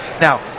Now